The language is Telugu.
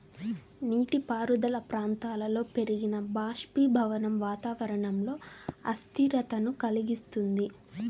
నీటిపారుదల ప్రాంతాలలో పెరిగిన బాష్పీభవనం వాతావరణంలో అస్థిరతను కలిగిస్తుంది